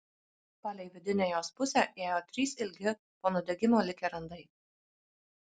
palei vidinę jos pusę ėjo trys ilgi po nudegimo likę randai